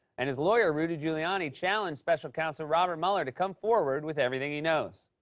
and his lawyer, rudy giuliani, challenged special counsel robert mueller to come forward with everything he knows.